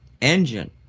engine